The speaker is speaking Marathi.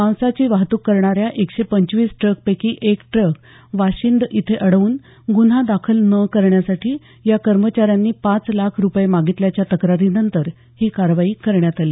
मांसाची वाहतूक करणाऱ्या एकशे पंचवीस ट्रकपैकी एक ट्रक वाशिंद इथे अडवून गुन्हा दाखल न करण्यासाठी या कर्मचाऱ्यांनी पाच लाख रुपये मागितल्याच्या तक्रारीनंतर ही कारवाई करण्यात आली